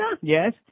Yes